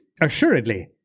assuredly